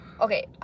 Okay